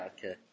Okay